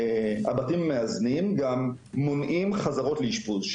הבתים המאזנים גם מונעים חזרות לאשפוז?